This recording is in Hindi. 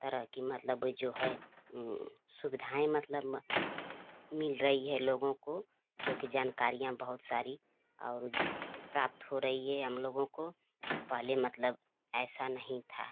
तरह की मतलब जो है सुविधाएँ मतलब मिल रही हैं लोगों को जो की जानकारियाँ बहुत सारी और प्राप्त हो रही है हम लोगों को पहले मतलब ऐसा नहीं था